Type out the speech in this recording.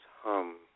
hum